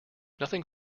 nothing